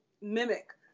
mimic